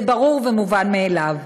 זה ברור ומובן מאליו.